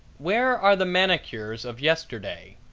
where are the manicures of yesterday?